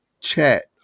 chat